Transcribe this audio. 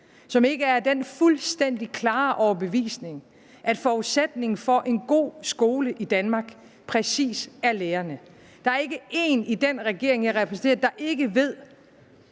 som ikke er af den fuldstændig klare overbevisning, at forudsætningen for en god skole i Danmark præcis er lærerne. Der er ikke én i den regering, jeg repræsenterer, der ikke ved,